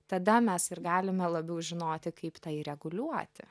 tada mes ir galime labiau žinoti kaip tai reguliuoti